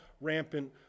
rampant